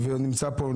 ונמצא פה גיל,